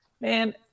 man